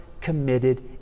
committed